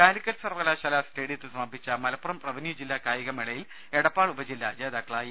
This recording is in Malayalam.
കാലിക്കറ്റ് സർവകലാശാല സ്റ്റേഡിയത്തിൽ സമാപിച്ച മൽപ്പുറം റവന്യൂ ജില്ലാ കായികമേളയിൽ എടപ്പാൾ ഉപജില്ല ജേതാക്കളായി